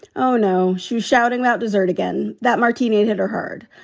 oh, no. she's shouting about dessert again. that martini and hit her hard.